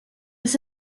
this